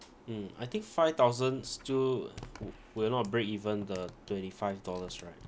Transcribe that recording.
mm I think five thousand still w~ will not break even the twenty five dollars right